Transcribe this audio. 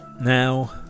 Now